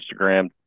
Instagram